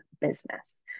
business